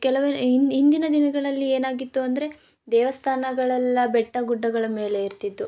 ಕೆಲವರ್ ಹಿಂದಿನ ದಿನಗಳಲ್ಲಿ ಏನಾಗಿತ್ತು ಅಂದರೆ ದೇವಸ್ಥಾನಗಳೆಲ್ಲಾ ಬೆಟ್ಟ ಗುಡ್ಡಗಳ ಮೇಲೆ ಇರ್ತಿತ್ತು